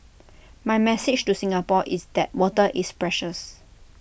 my message to Singapore is that water is precious